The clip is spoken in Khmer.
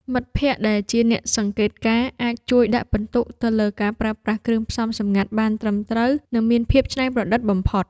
មិត្តភក្តិដែលជាអ្នកសង្កេតការណ៍អាចជួយដាក់ពិន្ទុទៅលើការប្រើប្រាស់គ្រឿងផ្សំសម្ងាត់បានត្រឹមត្រូវ និងមានភាពច្នៃប្រឌិតបំផុត។